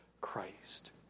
Christ